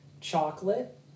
chocolate